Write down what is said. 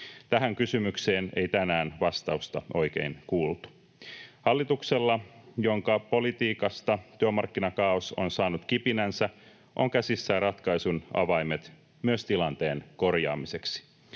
Tähän kysymykseen ei tänään vastausta oikein kuultu. Hallituksella, jonka politiikasta työmarkkinakaaos on saanut kipinänsä, on käsissään ratkaisun avaimet myös tilanteen korjaamiseksi.